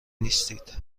نیستید